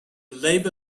labor